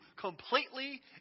completely